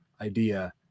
idea